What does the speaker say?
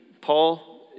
Paul